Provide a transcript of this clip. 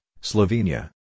Slovenia